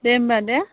दे होनबा दे